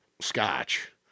Scotch